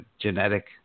genetic